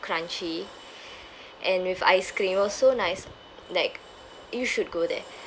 crunchy and with ice cream it was so nice like you should go there